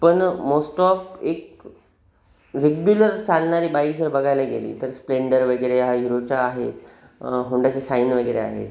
पण most of एक regular चालणारी बाईक जर बघायला गेली तर स्प्लेंडर वगैरे ह्या हिरोच्या आहेत होंडाच्या साईन वगैरे आहेत